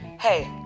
Hey